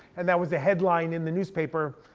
and that was a headline in the newspaper.